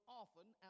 often